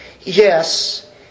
yes